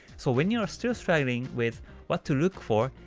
so when you are still struggling with what to look for,